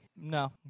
No